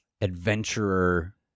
adventurer